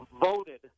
voted